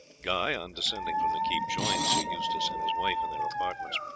guy on descending from the keep joined sir eustace and his wife in their apartments.